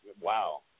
wow